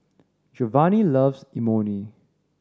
Jovanni loves Imoni